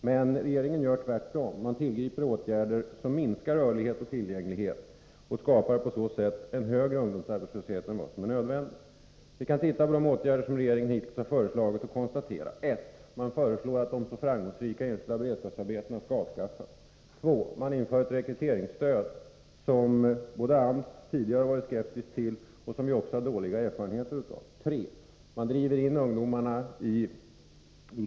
Men regeringen gör tvärtom — den tillgriper åtgärder som minskar rörlighet och tillgänglighet och skapar på så sätt en högre ungdomsarbetslöshet än vad som är nödvändigt. Vi kan se vilka åtgärder regeringen hittills har föreslagit och konstatera följande: 1. Regeringen föreslår att de så framgångsrika enskilda beredskapsarbetena skall avskaffas. 2. Regeringen inför ett rekryteringsstöd, som AMS tidigare har varit skeptisk till och som vi också har fått dåliga erfarenheter av, när det använts tidigare. 3.